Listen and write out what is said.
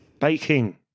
Baking